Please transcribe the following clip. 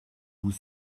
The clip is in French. vous